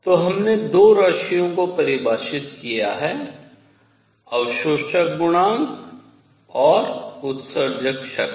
तो हमने दो राशियों को परिभाषित किया है अवशोषण गुणांक और उत्सर्जक शक्ति